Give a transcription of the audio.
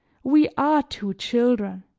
we are two children.